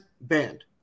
banned